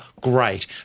great